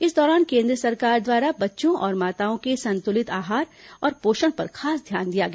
इस दौरान केन्द्र सरकार द्वारा बच्चों और माताओं के संतुलित आहार तथा पोषण पर खास ध्यान दिया गया